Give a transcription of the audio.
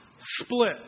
split